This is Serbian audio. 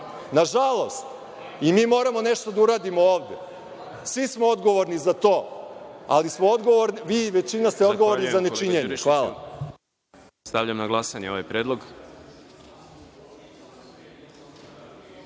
Nažalost, i mi moramo nešto da uradimo ovde. Svi smo odgovorni za to, vi većina ste odgovorni za nečinjenje. Hvala.